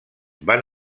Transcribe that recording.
van